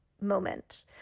moment